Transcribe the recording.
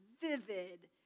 vivid